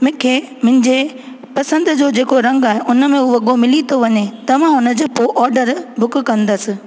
मूंखे मुंहिंजे पसंदि जो जेको रंगु आहे उन में हू वॻो मिली थो वञे त मां हुन जो पोइ ऑडर बुक कंदसि